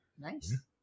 Nice